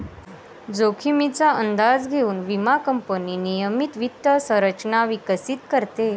जोखमीचा अंदाज घेऊन विमा कंपनी नियमित वित्त संरचना विकसित करते